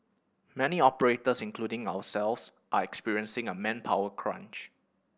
many operators including ourselves are experiencing a manpower crunch